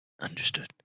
Understood